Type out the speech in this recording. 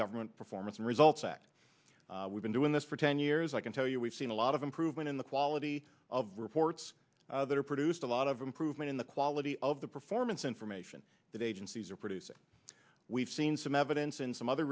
government performance and results act we've been doing this for ten years i can tell you we've seen a lot of improvement in the quality of reports that are produced a lot of improvement in the quality of the performance information that agencies are producing we've seen some evidence in some other